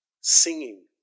singing